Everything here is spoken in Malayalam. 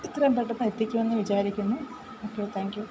എത്രയും പെട്ടെന്ന് എത്തിക്കുമെന്ന് വിചാരിക്കുന്നു ഓക്കേ താങ്ക് യൂ